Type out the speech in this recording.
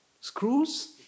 Screws